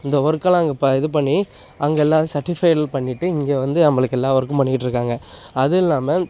இந்த ஒர்க் எல்லாம் அங்கே ப இது பண்ணி அங்கே எல்லா சர்ட்டிஃபைட் பண்ணிவிட்டு இங்கே வந்து நம்பளுக்கு எல்லா ஒர்க்கும் பண்ணிகிட்டு இருக்காங்க அது இல்லாமல்